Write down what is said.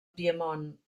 piemont